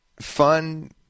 fun